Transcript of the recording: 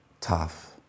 tough